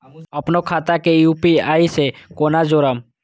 अपनो खाता के यू.पी.आई से केना जोरम?